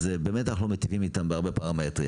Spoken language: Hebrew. אז באמת, אנחנו מיטיבים איתם בהרבה פרמטרים,